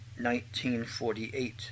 1948